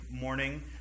morning